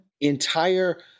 entire